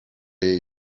jej